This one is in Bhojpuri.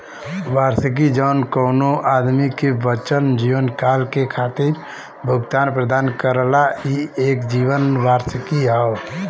वार्षिकी जौन कउनो आदमी के बचल जीवनकाल के खातिर भुगतान प्रदान करला ई एक जीवन वार्षिकी हौ